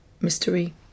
mystery